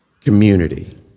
community